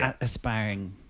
aspiring